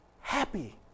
happy